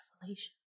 revelation